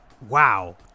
wow